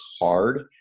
hard